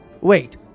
Wait